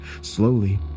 Slowly